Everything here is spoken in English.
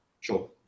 Sure